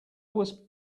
was